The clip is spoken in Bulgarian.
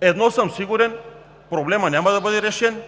едно съм сигурен – проблемът няма да бъде решен.